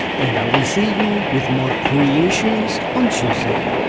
and i will see you with more creations, on tuesday